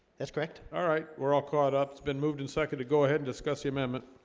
that's correct all right we're all caught up. it's been moved in second to go ahead and discuss the amendment